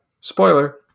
Spoiler